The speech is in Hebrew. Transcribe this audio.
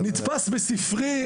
נתפס בספרי,